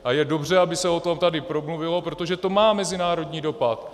A je dobře, aby se o tom tady promluvilo, protože to má mezinárodní dopad.